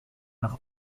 nog